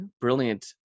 brilliant